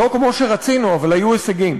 לא כמו שרצינו, אבל היו הישגים.